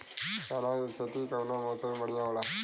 चना के खेती कउना मौसम मे बढ़ियां होला?